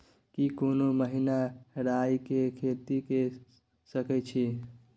की कोनो महिना राई के खेती के सकैछी?